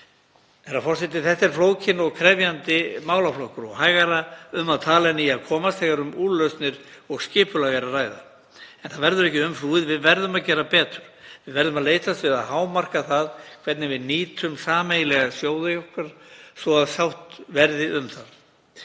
Þetta er flókinn og krefjandi málaflokkur og hægara um að tala en í að komast þegar um úrlausnir og skipulag er að ræða, en það verður ekki umflúið. Við verðum að gera betur. Við verðum að leitast við að hámarka það hvernig við nýtum sameiginlega sjóði okkar svo að sátt verði um það.